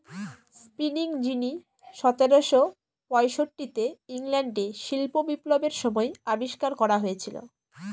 spinning jenny সতেরোশো পয়ষট্টিতে ইংল্যান্ডে শিল্প বিপ্লবের সময় আবিষ্কার করা হয়েছিল